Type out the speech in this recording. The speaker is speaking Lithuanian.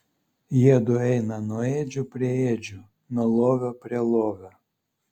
jiedu eina nuo ėdžių prie ėdžių nuo lovio prie lovio